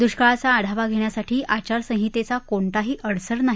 दुष्काळाचा आढावा धेण्यासाठी आचारसंहितेचा कोणताही अडसर नाही